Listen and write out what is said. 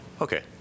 Okay